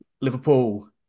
Liverpool